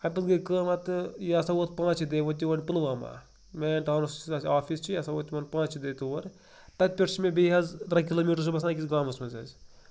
اَمہِ پَتہٕ گٔے کٲمہ تہٕ یہِ ہَسا ووت پانٛژِ دُہۍ ووت یِور پُلوامہ مین ٹاوُنَس یُس اسہِ آفِس چھُ یہِ ہَسا ووت تِمَن پانٛژِ دُہۍ تور تَتہِ پٮ۪ٹھ چھِ مےٚ بیٚیہِ حظ ترٛےٚ کِلوٗمیٖٹر چھُس بہٕ بَسان أکِس گامَس منٛز حظ